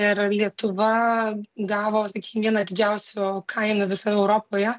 ir lietuva gavo sakykim vieną didžiausių kainų visoje europoje